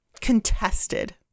contested